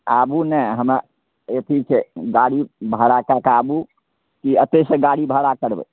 आबु ने हमरा एथी छै गाड़ी भाड़ा कऽ कऽ आबु कि अतैसँ गाड़ी भाड़ा करबै